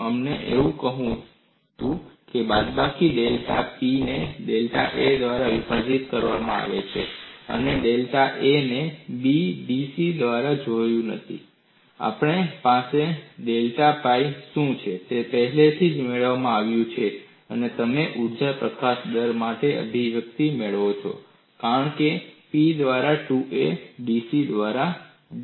આપણને એવું હતું કે બાદબાકી ડેલ્ટા pi ને ડેલ્ટા A દ્વારા વિભાજીત કરવામાં આવે છે અને ડેલ્ટા A એ B માં da સિવાય બીજું કંઈ નથી અને આપણી પાસે છે ડેલ્ટા pi શું છે તે પહેલાથી જ મેળવવામાં આવ્યું છે અને તમે ઊર્જા પ્રકાશન દર માટે અભિવ્યક્તિ મેળવો છો કારણ કે P દ્વારા 2B dC દ્વારા da